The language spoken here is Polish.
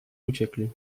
uciekli